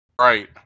Right